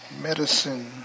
Medicine